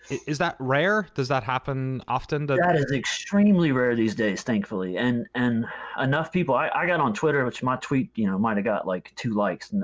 is that rare? does that happen often? that that is extremely rare these days, thankfully. and and enough people, i got on twitter which my tweet you know might have got like two likes. and